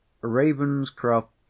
Ravenscroft